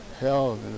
hell